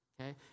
Okay